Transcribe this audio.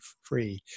free